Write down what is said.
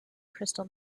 crystal